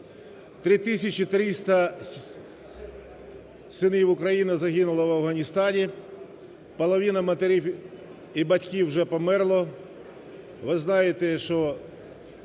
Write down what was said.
300 синів України загинуло в Афганістані, половина матерів і батьків вже померло.